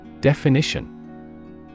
Definition